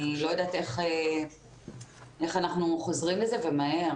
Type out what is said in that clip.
אני לא יודעת איך אנחנו חוזרים לזה ומהר.